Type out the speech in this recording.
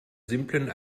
simplen